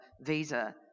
visa